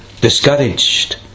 discouraged